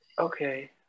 Okay